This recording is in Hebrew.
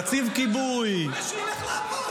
נציב כיבוי -- אז שילך לעבוד.